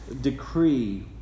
decree